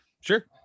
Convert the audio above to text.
Sure